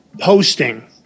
posting